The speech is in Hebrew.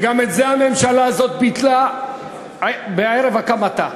וגם את זה הממשלה הזאת ביטלה בערב הקמתה,